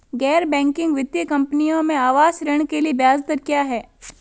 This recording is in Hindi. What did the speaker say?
गैर बैंकिंग वित्तीय कंपनियों में आवास ऋण के लिए ब्याज क्या है?